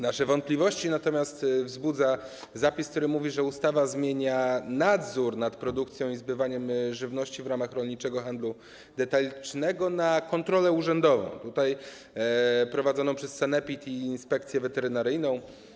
Nasze wątpliwości natomiast wzbudza zapis, który mówi, że ustawa zmienia nadzór nad produkcją i zbywaniem żywności w ramach rolniczego handlu detalicznego na kontrolę urzędową tutaj prowadzoną przez sanepid i Inspekcję Weterynaryjną.